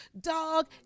dog